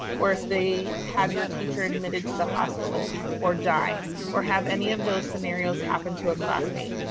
or if they have your teacher admitted to the hospital or die or have any of those scenarios happen to a classmate?